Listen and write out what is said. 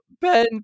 Ben